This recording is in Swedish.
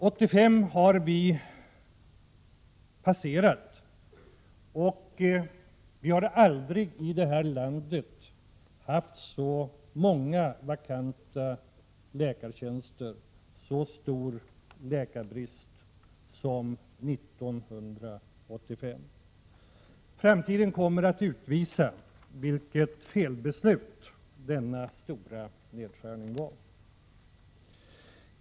Vi har passerat 1985, och vi har aldrig haft så många vakanta läkartjänster och så stor läkarbrist i landet som år 1985. Framtiden kommer att utvisa vilket felbeslut denna stora nedskärning var.